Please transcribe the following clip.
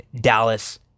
Dallas